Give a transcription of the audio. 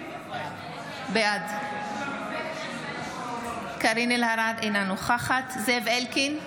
בעד קארין אלהרר, אינה נוכחת זאב אלקין,